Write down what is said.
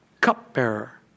cupbearer